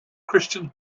christian